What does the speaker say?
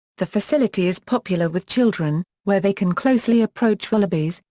the facility is popular with children, where they can closely approach wallabies,